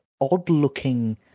odd-looking